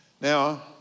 Now